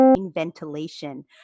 Ventilation